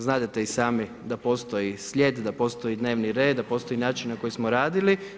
Znadete i sami da postoji slijed, da postoji dnevni red, da postoji način na koji smo radili.